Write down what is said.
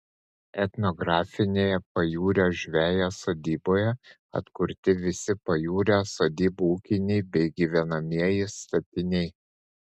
etnografinėje pajūrio žvejo sodyboje atkurti visi pajūrio sodybų ūkiniai bei gyvenamieji statiniai